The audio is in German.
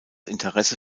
interesse